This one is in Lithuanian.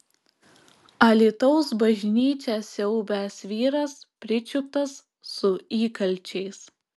alytaus bažnyčią siaubęs vyras pričiuptas su įkalčiais